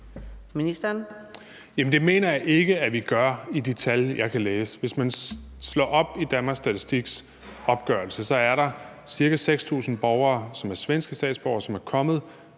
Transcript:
Det mener jeg ikke at vi gør – efter de tal, jeg kan læse. Hvis man slår op i Danmarks Statistiks opgørelse, er der ca. 6.000 borgere, som er svenske statsborgere og er kommet